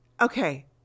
okay